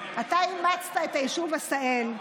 אתה אימצת את היישוב עשהאל.